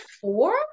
four